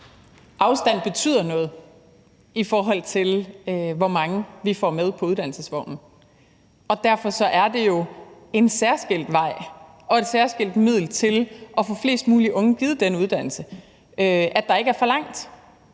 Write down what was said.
Afstand betyder noget, i forhold til hvor mange vi får med på uddannelsesvognen, og derfor er det jo en særskilt vej og et særskilt middel til at få flest mulige unge givet den uddannelse, at der ikke er for langt.